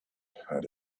had